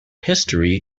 history